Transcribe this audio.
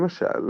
לדוגמה,